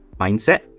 mindset